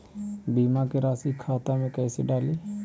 बीमा के रासी खाता में कैसे डाली?